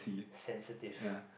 sensitive